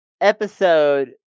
episode